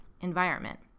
environment